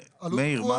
מאיר,